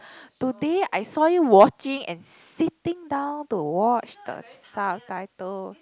today I saw you watching and sitting down to watch the subtitles